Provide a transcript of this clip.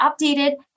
updated